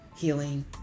Healing